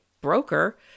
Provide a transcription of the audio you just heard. broker